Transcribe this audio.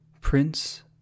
Prince